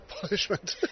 punishment